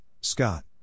Scott